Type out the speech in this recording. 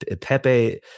Pepe